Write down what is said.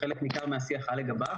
חלק ניכר מהשיח היה לגביו,